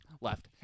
left